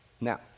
now